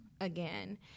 again